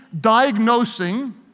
diagnosing